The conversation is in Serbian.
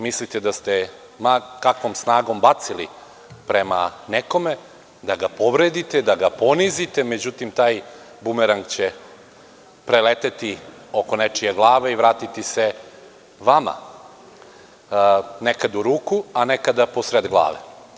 Mislite da ste ma kakvom snagom bacili prema nekome da ga povredite, da ga ponizite, međutim taj bumerang će preleteti oko nečije glave i vratiti se vama nekad u ruku, a nekada po sred glave.